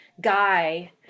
guy